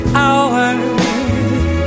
hours